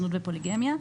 זנות ופוליגמיה.